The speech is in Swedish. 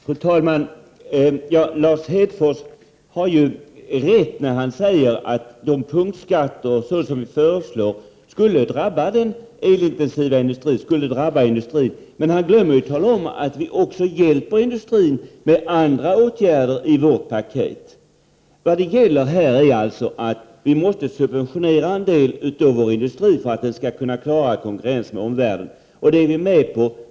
Fru talman! Lars Hedfors har rätt när han säger att de punktskatter som vi föreslår skulle drabba den elintensiva industrin. Men han glömmer tala om att vi också hjälper industrin med andra åtgärder i vårt paket. Vad det gäller är att vi måste subventionera en del av vår industri för att den skall kunna klara konkurrensen med omvärlden. Det är vi med på.